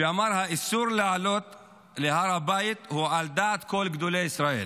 שאמר שהאיסור לעלות להר הבית הוא על דעת כל גדולי ישראל,